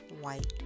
white